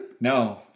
No